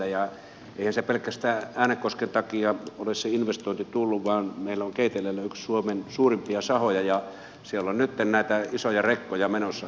eihän se investointi pelkästään äänekosken takia ole tullut vaan meillä on keiteleellä yksi suomen suurimpia sahoja ja siellä on nytten näitä isoja rekkoja menossa